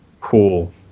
cool